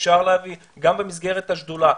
אפשר להביא גם במסגרת השדולה,